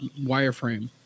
wireframe